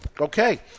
Okay